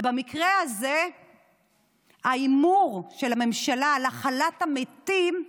ובמקרה הזה ההימור של הממשלה על הכלת המתים,